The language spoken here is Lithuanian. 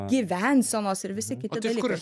gyvensenos ir visi kiti dalykai